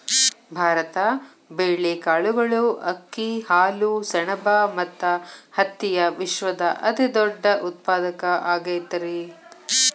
ಭಾರತ ಬೇಳೆ, ಕಾಳುಗಳು, ಅಕ್ಕಿ, ಹಾಲು, ಸೆಣಬ ಮತ್ತ ಹತ್ತಿಯ ವಿಶ್ವದ ಅತಿದೊಡ್ಡ ಉತ್ಪಾದಕ ಆಗೈತರಿ